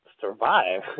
survive